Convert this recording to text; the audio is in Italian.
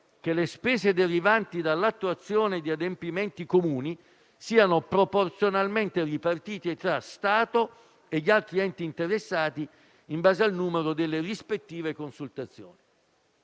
che le spese derivanti dall'attuazione di adempimenti comuni siano proporzionalmente ripartite tra lo Stato e gli altri enti interessati in base al numero delle rispettive consultazioni.